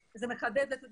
זה מחדד את הדברים.